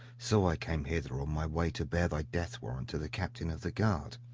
so i came hither on my way to bear thy death warrant to the captain of the guard.